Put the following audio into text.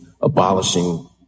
abolishing